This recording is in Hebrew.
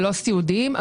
לא סיעודיים,